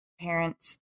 parents